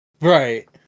Right